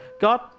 God